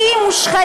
כי היא מושחתת,